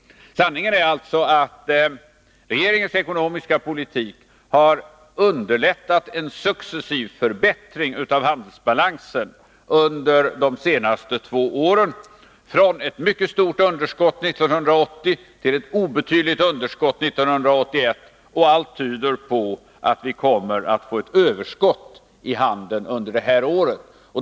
Sanningen är alltså att regeringens ekonomiska politik har underlättat en successiv förbättring av handelsbalansen från ett mycket stort underskott 1980 till ett obetydligt underskott 1981. Dessutom tyder allt på att vi kommer att få ett överskott i handeln under det här året.